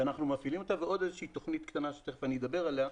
מפעילים ועוד איזושהי תוכנית קטנה שתכף אני אדבר עליה,